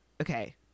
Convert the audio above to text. Okay